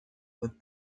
with